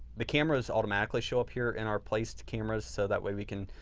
the cameras automatically show up here in our placed cameras so that way we can,